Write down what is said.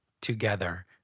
together